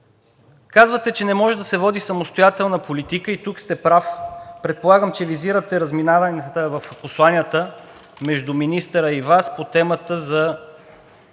казвате, че не може да се води самостоятелна политика и тук сте прав. Предполагам, че визирате разминаването в посланията между министъра и Вас по темата за